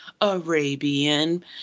Arabian